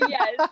Yes